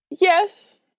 Yes